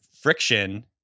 friction